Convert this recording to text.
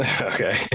okay